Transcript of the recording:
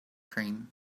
cream